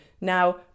Now